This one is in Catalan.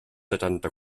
setanta